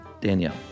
Danielle